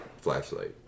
flashlight